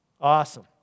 Awesome